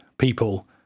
People